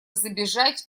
забежать